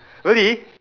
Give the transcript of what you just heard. really